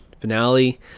finale